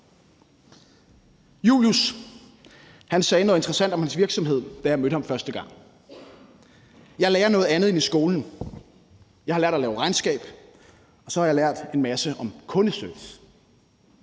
Julius sagde noget interessant om sin virksomhed, da jeg mødte ham første gang: Jeg lærer noget andet end i skolen; jeg har lært at lave regnskab, og så har jeg lært en masse om kundeservice.